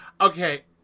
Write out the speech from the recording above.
Okay